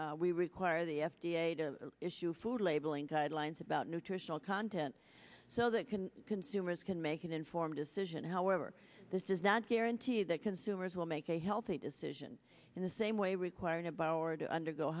require the f d a to issue food labeling guidelines about nutritional content so that can consumers can make an informed decision however this is not guarantee that consumers will make a healthy decision in the same way requiring a borrower to undergo